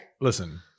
listen